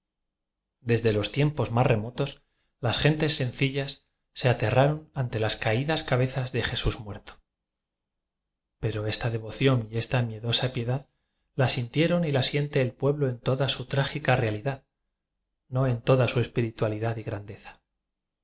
desde los tiempos más remotos las genfes sencillas se aterraron ante las caídas cabezas de jesús muerto pero esta devo ción y esta miedosa piedad la sintieron y la siente el pueblo en toda su trágica realilidad no en toda su espiritualidad y gran